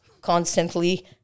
constantly